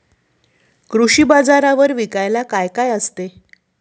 कृषी बाजारावर विकायला काय काय असते?